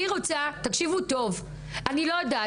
אני מבקשת לדעת